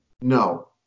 No